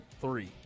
three